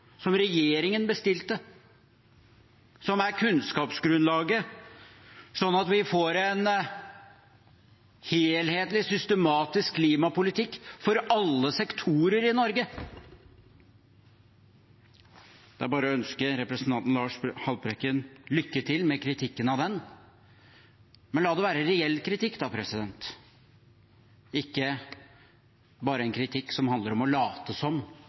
som regjeringen bestilte, som er kunnskapsgrunnlaget, slik at vi får en helhetlig, systematisk klimapolitikk for alle sektorer i Norge. Det er bare å ønske representanten Lars Haltbrekken lykke til med kritikken av den. Men la det være reell kritikk, ikke bare en kritikk som handler om å late som